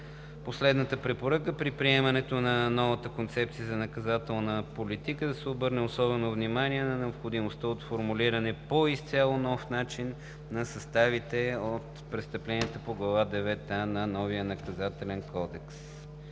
план. 4. При приемането на новата Концепция за наказателна политика да се обърне особено внимание на необходимостта от формулиране по изцяло нов начин на съставите на престъпленията по Глава девета „а“ на новия Наказателен кодекс.“